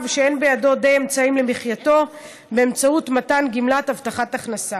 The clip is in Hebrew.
שאין בידו די אמצעים למחייתו באמצעות מתן גמלת הבטחת הכנסה.